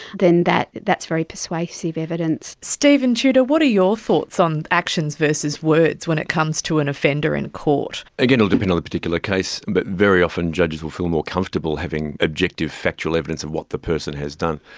then that is very persuasive evidence. steven tudor, what are your thoughts on actions versus words when it comes to an offender in court? again, it will depend on the particular case, but very often judges will feel more comfortable having objective factual evidence of what the person has done.